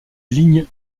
ligne